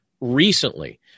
recently